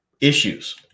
issues